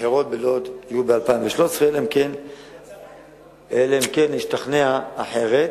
הבחירות בלוד יהיו ב-2013, אלא אם כן נשתכנע אחרת.